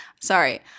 Sorry